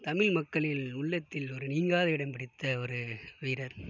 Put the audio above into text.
தமிழ் மக்களின் உள்ளத்தில் ஒரு நீங்காத இடம் பிடித்த ஒரு வீரர்